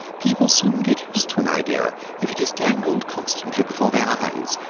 people soon get used to an idea if it is dangled constantly before their eyes,